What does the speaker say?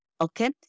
Okay